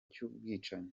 cy’ubwicanyi